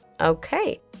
Okay